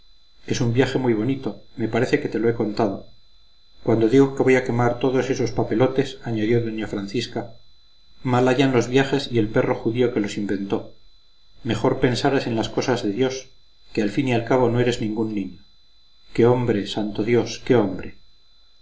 es un viaje muy bonito me parece que te lo he contado cuando digo que voy a quemar todos esos papelotes añadió doña francisca mal hayan los viajes y el perro judío que los inventó mejor pensaras en las cosas de dios que al fin y al cabo no eres ningún niño qué hombre santo dios qué hombre